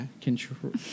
Control